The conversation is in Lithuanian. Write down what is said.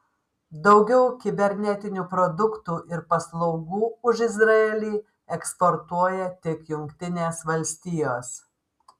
daugiau kibernetinių produktų ir paslaugų už izraelį eksportuoja tik jungtinės valstijos